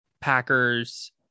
Packers